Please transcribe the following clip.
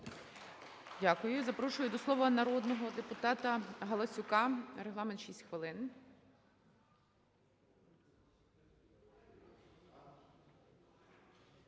Дякую. І запрошую до слова народного депутата Галасюка. Регламент – 6 хвилин.